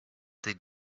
they